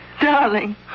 Darling